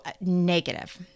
negative